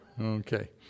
Okay